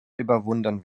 überwunden